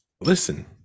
listen